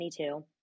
2022